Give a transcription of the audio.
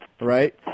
right